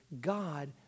God